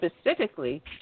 specifically